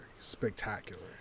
spectacular